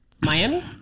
Miami